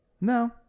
No